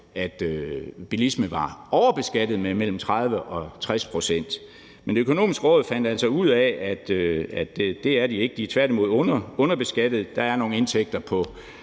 at bilisme var overbeskattet med mellem 30 og 60 pct. Men Det Økonomiske Råd fandt altså ud af, at det er det ikke, det er tværtimod underbeskattet. Der er nogle indtægter på